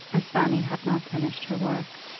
as fanny had not finished her work.